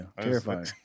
terrifying